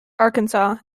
arkansas